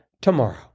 tomorrow